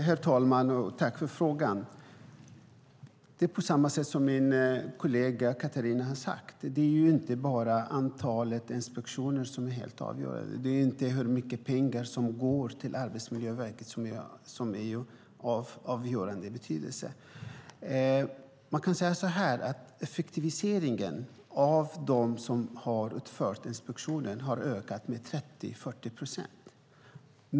Herr talman! Tack för frågan! Precis som min kollega Katarina har sagt är det inte bara antalet inspektioner och hur mycket pengar som går till Arbetsmiljöverket som är helt avgörande. Man kan säga att effektiviteten hos dem som har utfört inspektionen har ökat med 30-40 procent.